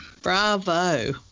Bravo